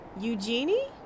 Eugenie